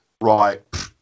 right